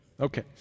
Okay